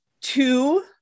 two